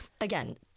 again